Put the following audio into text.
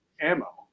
ammo